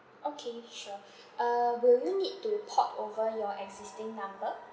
okay sure uh will you need to port over your existing number